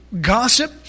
gossip